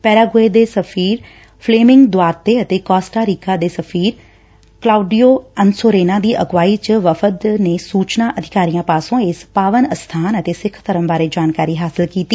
Paraguay ਦੇ ਸਫ਼ੀਰ Fleming Duarte ਅਤੇ ਕੋਸਟਾ ਰੀਕਾ ਦੇ ਸਫ਼ੀਰ ਕਲਾਊਡੀਓ ਅਨਸੋਰੇਨਾ ਦੀ ਅਗਵਾਈ ਚ ਵਫ਼ਦ ਨੇ ਸੁਚਨਾ ਅਧਿਕਾਰੀਆਂ ਪਾਸੋ ਇਸ ਪਾਵਨ ਅਸਬਾਨ ਅਤੇ ਸਿੱਖ ਧਰਮ ਬਾਰੇ ਜਾਣਕਾਰੀ ਹਾਸਲ ਕੀਤੀ